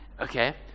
Okay